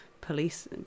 police